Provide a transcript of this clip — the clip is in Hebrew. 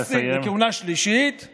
או לנשיא בכהונה שלישית,